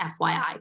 FYI